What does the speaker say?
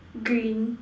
green